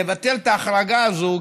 לבטל את ההחרגה הזאת,